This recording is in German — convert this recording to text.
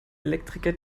elektriker